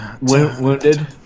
wounded